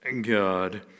God